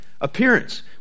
appearance